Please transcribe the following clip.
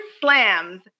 slams